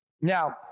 Now